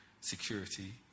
security